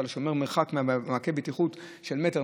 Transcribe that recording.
אתה שומר מרחק ממעקה הבטיחות של מטר,